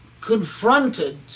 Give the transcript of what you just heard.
confronted